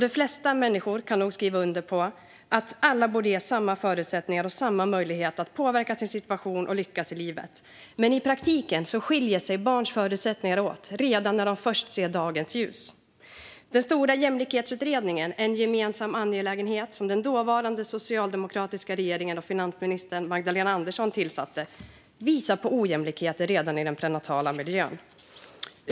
De flesta människor kan nog skriva under på att alla borde ges samma förutsättningar och samma möjligheter att påverka sin situation och att lyckas i livet, men i praktiken skiljer sig barns förutsättningar åt redan när de först ser dagens ljus. Den stora jämlikhetsutredningen En gemensam angelägenhet , som den dåvarande socialdemokratiska regeringen och finansministern Magdalena Andersson tillsatte, visade på ojämlikheter redan i den prenatala miljön.